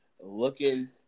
looking